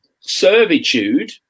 servitude